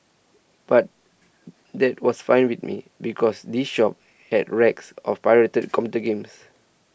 but that was fine with me because these shops had racks of pirated computer games